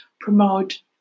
promote